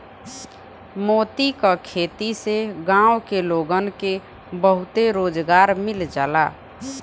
मोती क खेती से गांव के लोगन के बहुते रोजगार मिल जाला